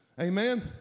Amen